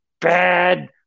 bad